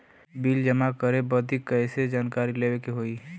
Bill जमा करे बदी कैसे जानकारी लेवे के होई?